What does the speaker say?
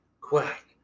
Quack